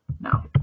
Now